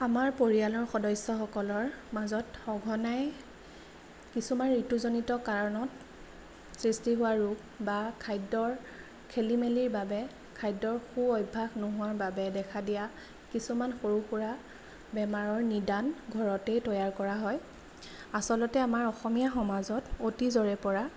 আমাৰ পৰিয়ালৰ সদস্য সকলৰ মাজত সঘনাই কিছুমান ঋতুজনিত কাৰণত সৃষ্টি হোৱা ৰোগ বা খাদ্যৰ খেলিমেলিৰ বাবে খাদ্যৰ সু অভ্যাস নোহোৱাৰ বাবে দেখা দিয়া কিছুমান সৰু সুৰা বেমাৰৰ নিদান ঘৰতেই তৈয়াৰ কৰা হয় আচলতে আমাৰ অসমীয়া সমাজত অতীজৰে পৰা